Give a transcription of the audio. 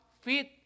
fit